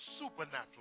supernatural